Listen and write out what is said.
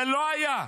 זה לא היה.